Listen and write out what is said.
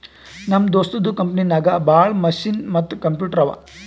ನಮ್ ದೋಸ್ತದು ಕಂಪನಿನಾಗ್ ಭಾಳ ಮಷಿನ್ ಮತ್ತ ಕಂಪ್ಯೂಟರ್ ಅವಾ